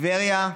טבריה,